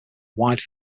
wide